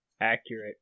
accurate